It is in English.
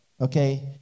Okay